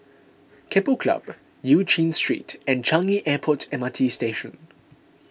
Keppel Club Eu Chin Street and Changi Airport M R T Station